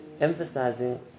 emphasizing